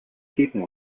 keeping